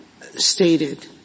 stated